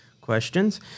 questions